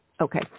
Okay